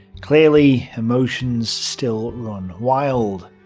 clearly emotions still run wild.